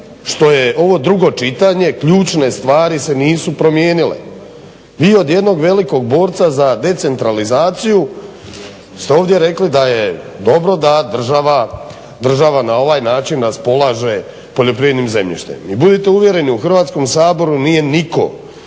što je ovo drugo čitanje ključne stvari se nisu promijenile. Mi od jednog velikog borca za decentralizaciju, ste ovdje rekli da je dobro da država na ovaj način raspolaže poljoprivrednim zemljištem i budite uvjereni u Hrvatskom saboru nije nitko